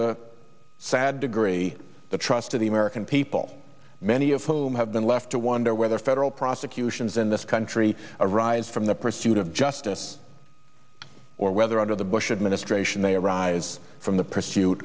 a sad degree the trust of the american people many of whom have been left to wonder whether federal prosecutions in this country arise from the pursuit of justice or whether under the bush administration they arise from the pursuit